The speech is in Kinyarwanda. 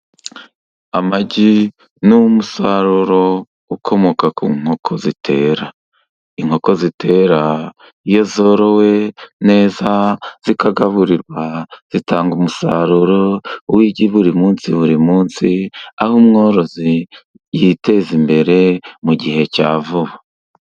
Amagi ni umusaruro ukomoka ku nkoko zitera, inkoko zitera iyo zorowe neza zikagaburirwa zitanga umusaruro w'igi buri munsi buri munsi. Aho umworozi yiteza imbere mu gihe cya vuba.